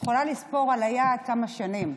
יכולה לספור על היד כמה שנים.